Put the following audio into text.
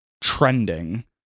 trending